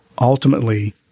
ultimately